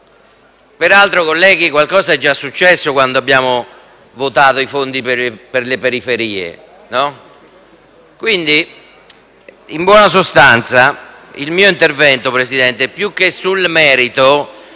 Peraltro, colleghi, qualcosa è già successo quando abbiamo votato i fondi per le periferie.